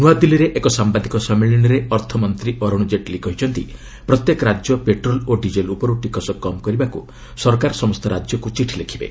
ନ୍ରଆଦିଲ୍ଲୀରେ ଏକ ସାମ୍ବାଦିକ ସମ୍ମିଳନୀରେ ଅର୍ଥ ମନ୍ତ୍ରୀ ଅରୁଣ ଜେଟଲୀ କହିଛନ୍ତି ପ୍ରତ୍ୟେକ ରାଜ୍ୟ ପେଟ୍ରୋଲ୍ ଓ ଡିକେଲ୍ ଉପରୁ ଟିକସ କମ୍ କରିବାକୁ ସରକାର ସମସ୍ତ ରାଜ୍ୟକୁ ଚିଠି ଲେଖିବେ